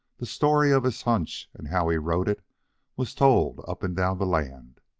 the story of his hunch and how he rode it was told up and down the land.